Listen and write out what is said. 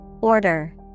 Order